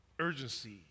urgency